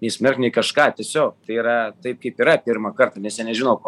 nei smerkt nei kažką tiesiog tai yra taip kaip yra pirmą kartą nes jie nežino ko